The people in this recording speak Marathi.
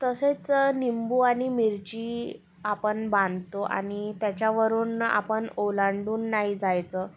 तसेच निंबू आणि मिरची आपण बांधतो आणि त्याच्यावरून आपण ओलांडून नाही जायचं